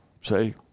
say